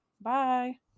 bye